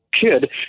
Kid